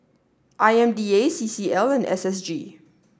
I M D A C C L and S S G